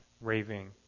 raving